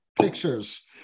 pictures